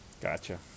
Gotcha